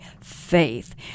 faith